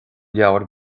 leabhar